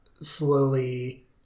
slowly